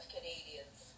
Canadians